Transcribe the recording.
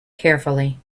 carefully